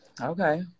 Okay